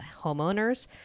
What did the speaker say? homeowners